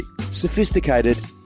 Sophisticated